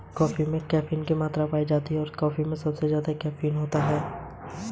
सामन्य शेयर खरीदने पर आप कम्पनी की मीटिंग्स में हिस्सा ले सकते हैं